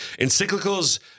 Encyclicals